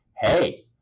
hey